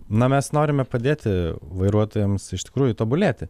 na mes norime padėti vairuotojams iš tikrųjų tobulėti